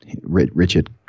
richard